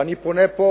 ואני פונה פה,